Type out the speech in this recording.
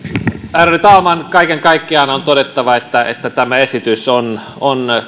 ärade talman kaiken kaikkiaan on todettava että että tämä esitys on on